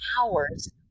hours